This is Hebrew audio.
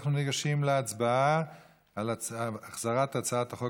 אנחנו ניגשים להצבעה על החזרת הצעת החוק